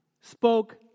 spoke